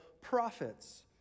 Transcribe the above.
prophets